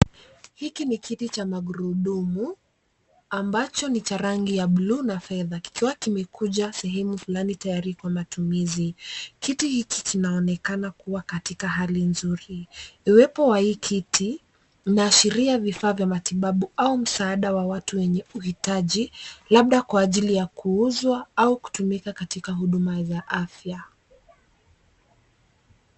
Hiki ni kiti cha magurudumu ambacho ni cha rangi ya buluu na fedha. Kikiwa kimekuja sehemu fulani tayari kwa matumizi. Kiti hiki kinaonekana kuwa katika hali nzuri. Iwepo wa hii kiti, inaashiria vifaa vya matibabu au msaada wa watu wenye uhitaji labda kwa ajili ya kuuzwa au kutumika katika huduma za afya.